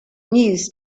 news